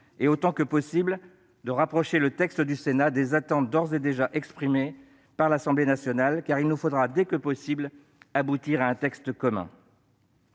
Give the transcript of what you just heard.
et, autant que possible, de rapprocher le texte du Sénat des attentes d'ores et déjà exprimées à l'Assemblée nationale, car il nous faudra, dès que possible, aboutir à un texte commun.